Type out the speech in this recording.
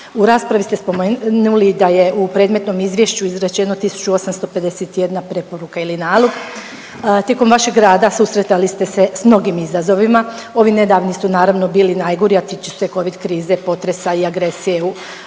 U raspravi ste spomenuli da je u predmetnom izvješću izrečeno 1851. preporuka ili nalog. Tijekom vašeg rada susretali ste se sa mnogim izazovima. Ovi nedavni su naravno bili najgori, a tiču se covid krize, potresa i agresije